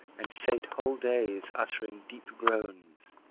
and sate whole days uttering deep groans,